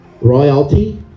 Royalty